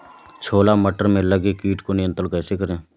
छोला मटर में लगे कीट को नियंत्रण कैसे करें?